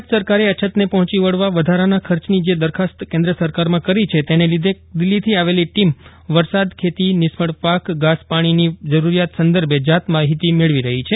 ગુજરાત સરકારે અછતને પફોંચી વળવા વધારાના ખર્ચની જે દરખાસ્ત કેન્દ્ર સરકારમાં કરી છે તેને લીધે દિલ્ફીથી આવેલી ટીમ વરસાદ ખેતી નિષ્ફળપાક ઘાસ પાણીની જરૂરિયાત સંદર્ભે જાતમાફિતી મેળવી રહી છે